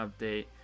update